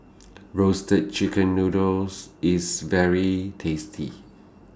Roasted Chicken Noodles IS very tasty